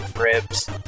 ribs